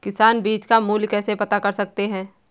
किसान बीज का मूल्य कैसे पता कर सकते हैं?